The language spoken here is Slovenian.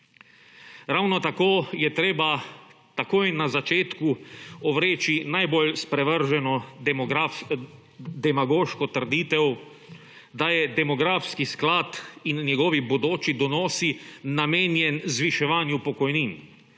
Ravno tako je treba takoj na začetku ovreči najbolj sprevrženo demagoško trditev, da je demografski sklad in njegovi bodoči donosi namenjen zviševanju pokojnin,